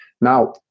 Now